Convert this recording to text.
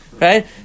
right